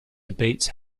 debates